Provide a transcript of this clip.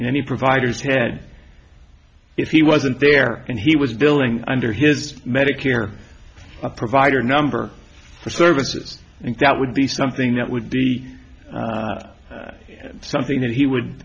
any providers head if he wasn't there and he was billing under his medicare provider number for services i think that would be something that would be something that he would